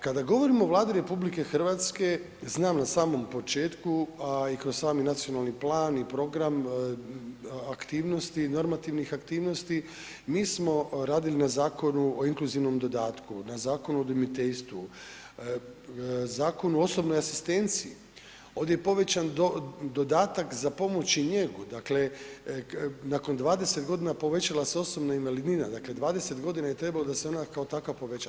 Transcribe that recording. Kada govorimo o Vladi RH znam na samom početku, a i kroz sami nacionalni plan i program aktivnosti, normativnih aktivnosti, mi smo radili na Zakonu o inkluzivnom dodatku, na Zakonu o udomiteljstvu, Zakonu o osobnoj asistenciji, ovdje je povećan dodatak za pomoć i njegu, dakle nakon 20.g. povećala se osobna invalidnina, dakle 20.g. je trebalo da se ona kao takva poveća.